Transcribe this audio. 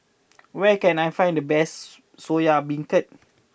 where can I find the best Soya Beancurd